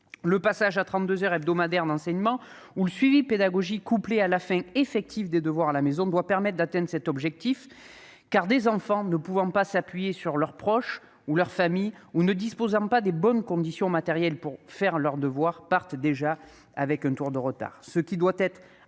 Le passage à 32 heures hebdomadaires d'enseignement ou de suivi pédagogique, couplé à la fin effective des devoirs à la maison, doit permettre d'atteindre cet objectif. En effet, des enfants ne pouvant pas s'appuyer sur leurs proches ou ne disposant pas de bonnes conditions matérielles pour faire leurs devoirs partent déjà avec un temps de retard.